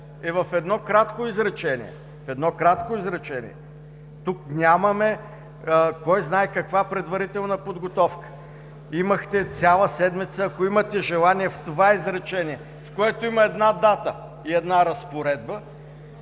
е в едно кратко изречение – тук нямаме кой знае каква предварителна подготовка. Имахте цяла седмица, ако имате желание в това изречение, в което има една дата и една разпоредба,